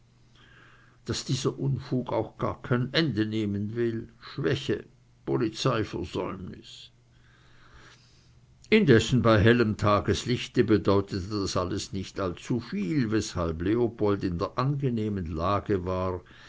daß dieser unfug auch gar kein ende nehmen will schwäche polizeiversäumnis indessen bei hellem tageslichte bedeutete das alles nicht allzuviel weshalb leopold in der angenehmen lage war